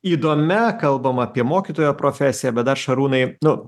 įdomia kalbam apie mokytojo profesiją bet dar šarūnai nu